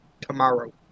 tomorrow